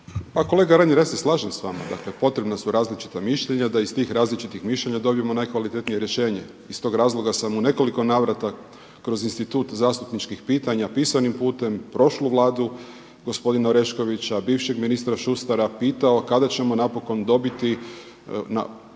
kolega Reiner ja se slažem s vama, dakle potrebna su različita mišljenja da iz tih različitih mišljenja dobijemo najkvalitetnije rješenje. Iz tog razloga sam u nekoliko navrata kroz institut zastupničkih pitanja pisanim putem prošlu Vladu gospodina Oreškovića, bivšeg ministra Šustara pitao kada ćemo napokon dobiti